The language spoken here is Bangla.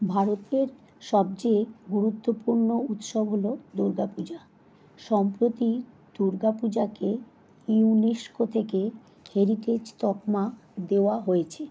ভারতের সবচেয়ে গুরুত্বপূর্ণ উৎসব হলো দুর্গা পূজা সম্প্রতি দুর্গা পূজাকে ইউনেস্কো থেকে হেরিটেজ তকমা দেওয়া হয়েছে